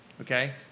okay